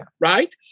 right